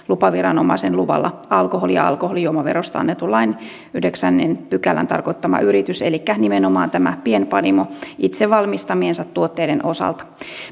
lupaviranomaisen luvalla alkoholi ja alkoholijuomaverosta annetun lain yhdeksännen pykälän tarkoittama yritys elikkä nimenomaan tämä pienpanimo itse valmistamiensa tuotteiden osalta